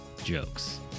jokes